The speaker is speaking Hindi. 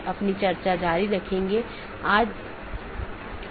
अब हम टीसीपी आईपी मॉडल पर अन्य परतों को देखेंगे